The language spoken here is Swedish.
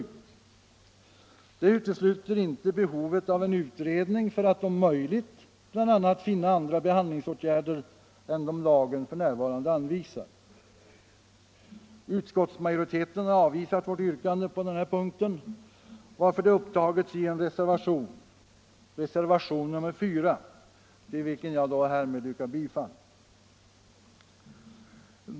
Detta utesluter inte behovet av en utredning för att om möjligt bl.a. finna andra behandlingsåtgärder än de som lagen f.n. anvisar. Utskottsmajoriteten har dock avvisat vårt yrkande på denna punkt, varför det har upptagits i reservationen 4, till vilken jag härmed yrkar bifall.